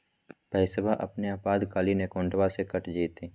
पैस्वा अपने आपातकालीन अकाउंटबा से कट जयते?